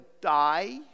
die